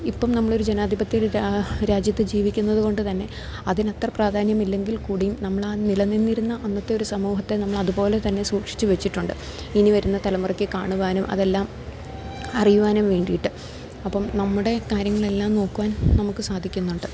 ഇപ്പം നമ്മളൊരു ജനാധിപത്യ ഒരു അ രാജ്യത്ത് ജീവിക്കുന്നത് കൊണ്ട് തന്നെ അതിനത്ര പ്രാധാന്യം ഇല്ലെങ്കിൽ കൂടിയും നമ്മളാ നിലനിന്നിരുന്ന അന്നത്തെ ഒരു സമൂഹത്തെ നമ്മൾ അതുപോലെ തന്നെ സൂക്ഷിച്ച് വെച്ചിട്ടുണ്ട് ഇനി വരുന്ന തലമുറയ്ക്ക് കാണുവാനും അതെല്ലാം അറിയുവാനും വേണ്ടിയിട്ട് അപ്പം നമ്മുടെ കാര്യങ്ങളെല്ലാം നോക്കുവാൻ നമുക്ക് സാധിക്കുന്നുണ്ട്